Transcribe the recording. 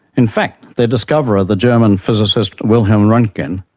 in fact, their discoverer, the german physicist wilhelm rontgen,